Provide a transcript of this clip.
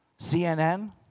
CNN